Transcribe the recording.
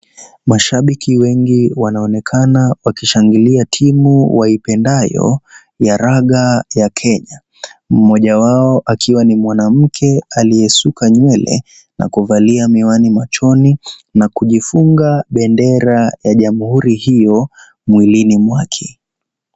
Mashabiki wengi wanaonekana wakishangilia timu waipendayo, ya raga, ya Kenya, mmoja wao akiwa ni mwanamke aliye suka nywele na kuvalia miwani machoni, na kujifunga bendera ya jamuhuri hio mwilini mwake.